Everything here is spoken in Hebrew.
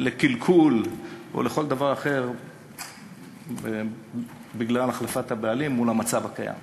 לקלקול או לכל דבר אחר בגלל החלפת הבעלים מול המצב הקיים.